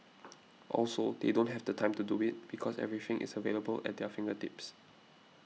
also they don't have the time to do it because everything is available at their fingertips